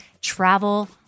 travel